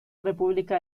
república